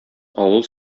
авыл